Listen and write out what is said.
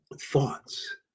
thoughts